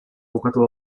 bukatu